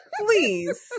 Please